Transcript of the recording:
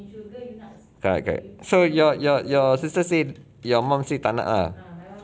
correct correct so your your your sister said your mum said tak nak lah